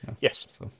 Yes